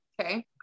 Okay